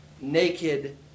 naked